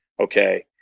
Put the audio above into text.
okay